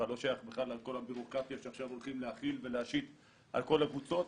לא שייך בכלל לכל הבירוקרטיה שעכשיו הולכים להחיל ולהשית על כל הקבוצות,